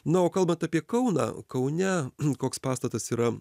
na o kalbant apie kauną kaune koks pastatas yra